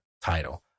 title